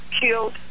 killed